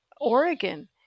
Oregon